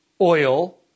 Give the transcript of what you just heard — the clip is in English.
oil